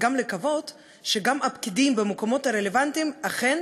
וגם לקוות שגם הפקידים במקומות הרלוונטיים אכן